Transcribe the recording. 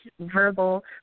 verbal